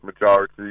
majority